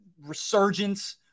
resurgence